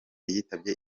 yitabye